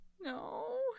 No